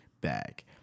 bag